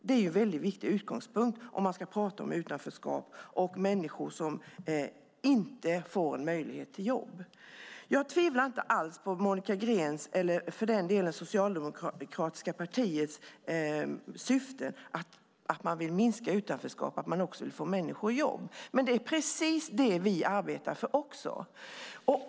Det är en väldigt viktig utgångspunkt om man ska tala om utanförskap och människor som inte får en möjlighet till jobb. Jag tvivlar inte alls på Monica Greens, eller för den delen på det socialdemokratiska partiets, syften: Man vill minska utanförskap och få människor i jobb. Men det är precis det också vi arbetar för!